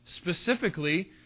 specifically